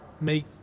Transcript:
make